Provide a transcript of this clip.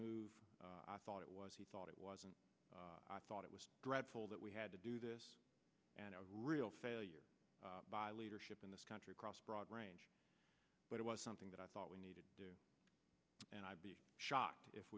move i thought it was he thought it was and i thought it was dreadful that we had to do this and a real failure by leadership in this country across a broad range but it was something that i thought we needed to do and i'd be shocked if